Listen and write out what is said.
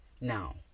Now